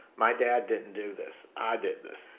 my dad didn't do this. i did this.